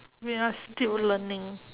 we are still learning